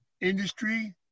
industry